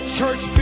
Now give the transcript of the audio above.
church